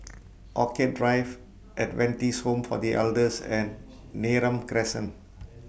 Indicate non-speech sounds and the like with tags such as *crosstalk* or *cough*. *noise* Orchid Drive Adventist Home For The Elders and Neram Crescent